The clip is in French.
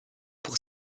pour